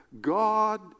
God